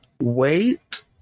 wait